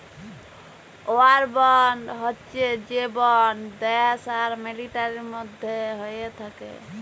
war bond হচ্যে সে bond দ্যাশ আর মিলিটারির মধ্যে হ্য়েয় থাক্যে